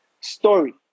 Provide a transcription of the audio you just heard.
story